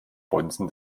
bonzen